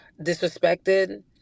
disrespected